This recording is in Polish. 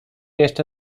jeszcze